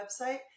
website